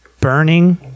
burning